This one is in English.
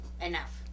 enough